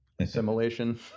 Assimilation